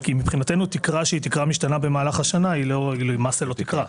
תקרה שמשתנה במהלך השנה היא מבחינתנו לא תקרה.